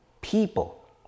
people